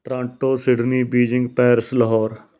Toronto Sydney Beijing Paris Lahore